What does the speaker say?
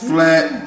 Flat